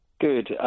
Good